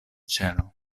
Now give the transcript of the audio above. cielo